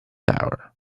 hour